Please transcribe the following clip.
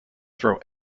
throw